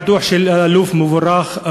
הדוח של אלאלוף מבורך,